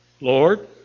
Lord